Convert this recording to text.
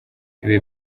ibi